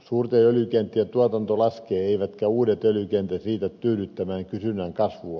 suurten öljykenttien tuotanto laskee eivätkä uudet öljykentät riitä tyydyttämään kysynnän kasvua